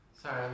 Sorry